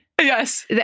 Yes